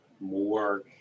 more